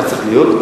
כך צריך להיות.